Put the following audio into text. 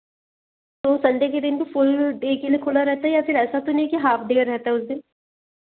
तो संडे के दिन तो फ़ुल डे के लिए खुला रहता या फिर ऐसा तो नहीं है कि हाफ़ डे रहता है उस दिन